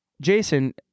Jason